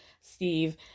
Steve